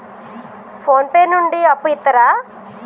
Phone pay నుండి అప్పు ఇత్తరా?